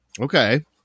okay